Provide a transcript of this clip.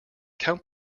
count